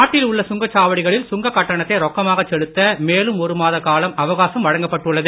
நாட்டில் உள்ள சுங்கச்சாவடிகளில் சுங்கக் கட்டணத்தை ரொக்கமாகச் செலுத்த மேலும் ஒரு மாத காலம் அவகாசம் வழங்கப்பட்டுள்ளது